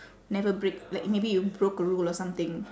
never break like maybe you broke a rule or something